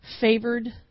Favored